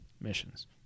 missions